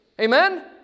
Amen